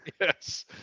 Yes